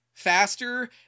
faster